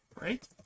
right